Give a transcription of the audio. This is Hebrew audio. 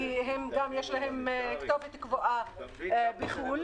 כי יש להם כתובת קבועה בחו"ל.